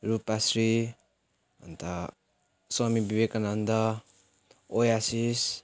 रूपाश्री अन्त स्वामी विवेकानन्द ओयासिस